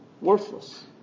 worthless